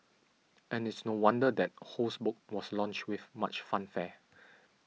and it's no wonder that Ho's book was launched with much fanfare